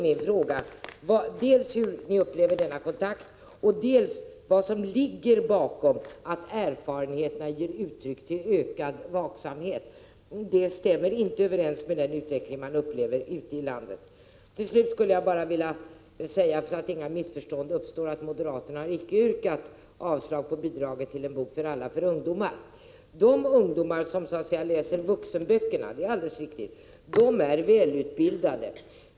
Min fråga är alltså dels hur ni upplever dessa kontakter, dels vad som ligger bakom uttalandet att erfarenheterna ger anledning till ökad vaksamhet. Det stämmer inte överens med den utveckling som sker ute i landet. För att inga missförstånd skall uppstå vill jag till slut säga att moderaterna inte har yrkat avslag på förslaget om bidrag till En bok för alla till ungdomar. De ungdomar som läser vuxenböckerna är välutbildade.